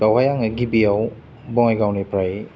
बावहाय आङो गिबियाव बङाइगावनिफ्राय